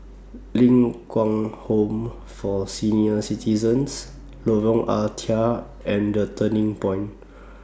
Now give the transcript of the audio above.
Ling Kwang Home For Senior Citizens Lorong Ah Thia and The Turning Point